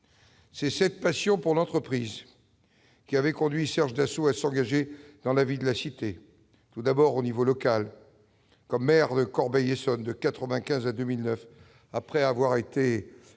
C'est cette passion pour l'entreprise qui avait conduit Serge Dassault à s'engager dans la vie de la cité. Tout d'abord, au niveau local, comme maire de Corbeil-Essonnes de 1995 à 2009, après avoir été